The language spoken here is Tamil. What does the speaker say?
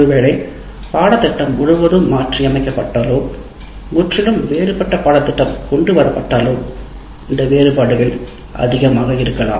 ஒருவேளை பாடத்திட்டம் முழுவதும் மாற்றியமைக்கப் பட்டா லோ முற்றிலும் வேறுபட்ட பாடத்திட்டம் கொண்டுவரப்பட்டாலோ இந்த வேறுபாடுகள் அதிகமாக இருக்கலாம்